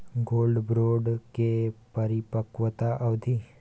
Gold bond के परिपक्वता अवधि?